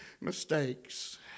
mistakes